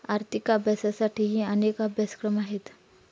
आर्थिक अभ्यासासाठीही अनेक अभ्यासक्रम आहेत